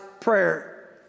prayer